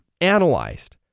analyzed